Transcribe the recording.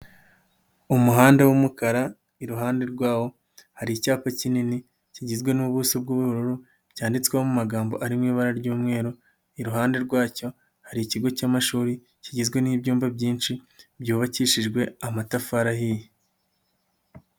Umuhanda w'umukara, iruhande rwawo hari icyapa kinini, kigizwe n'ubuso bw'ubururu, byandikwamo amagambo ari mu ibara ry'umweru, iruhande rwacyo, hari ikigo cy'amashuri, kigizwe n'ibyumba byinshi, byubakishijwe amatafari ahiye.